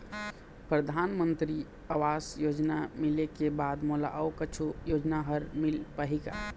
परधानमंतरी आवास योजना मिले के बाद मोला अऊ कुछू योजना हर मिल पाही का?